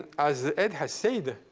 as ed has said,